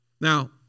Now